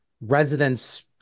residents